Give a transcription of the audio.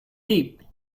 peep